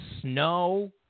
snow